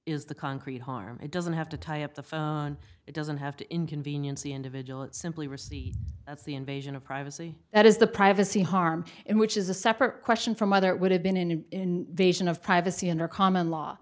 is the concrete harm it doesn't have to tie up the phone it doesn't have to inconvenience the individual it simply receipt that's the invasion of privacy that is the privacy harm in which is a separate question from whether it would have been in vision of privacy in our common law